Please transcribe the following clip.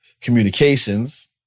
communications